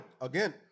Again